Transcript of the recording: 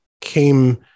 came